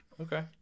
Okay